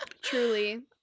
Truly